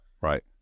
Right